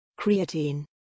Creatine